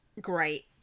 great